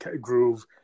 groove